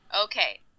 Okay